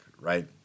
right